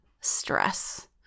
stress